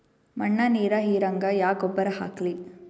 ಮಣ್ಣ ನೀರ ಹೀರಂಗ ಯಾ ಗೊಬ್ಬರ ಹಾಕ್ಲಿ?